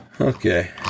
Okay